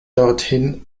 dorthin